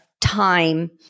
time